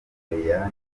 w’umupira